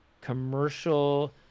commercial